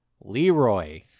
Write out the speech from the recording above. Leroy